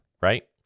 Right